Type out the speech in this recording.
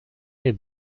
est